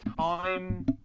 time